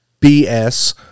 BS